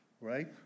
right